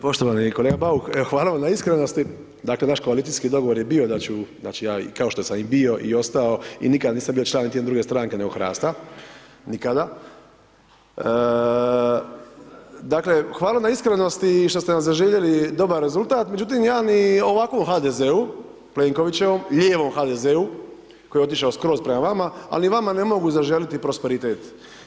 Poštovani kolega Bauk, evo hvala vam na iskrenosti, dakle naš koalicijski dogovor je bio da ću ja, kao što sam i bio i ostao, i nikad nisam bio član niti jedne druge stranke nego HRAST-a, nikada, dakle hvala na iskrenosti i što ste nam zaželjeli dobar rezultat međutim ja ni ovakvom HDZ-u Plenkovićevom, lijevom HDZ-u koji je otišao skroz prema vama, ali ni vama ne mogu zaželiti prosperitet.